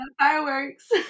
fireworks